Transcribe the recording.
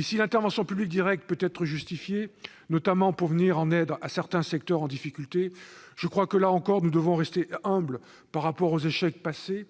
Si l'intervention publique directe peut être justifiée, notamment pour venir en aide à certains secteurs en difficulté, je crois que, là aussi, nous devons rester humbles, compte tenu des échecs passés,